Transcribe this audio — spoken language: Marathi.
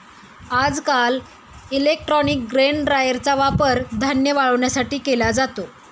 आजकाल इलेक्ट्रॉनिक ग्रेन ड्रायरचा वापर धान्य वाळवण्यासाठी केला जातो